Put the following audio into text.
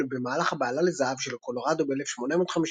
במהלך הבהלה לזהב של קולורדו ב-1859,